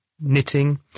knitting